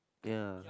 ya